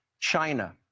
China